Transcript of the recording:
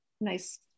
nice